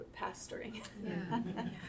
pastoring